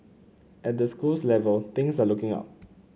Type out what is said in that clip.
at the schools level things are looking up